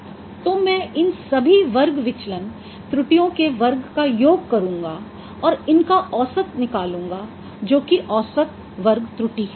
तो मैं इन सभी वर्ग विचलन त्रुटियों के वर्ग का योग करूंगा और इनका औसत निकालूँगा जो की औसत वर्ग त्रुटि है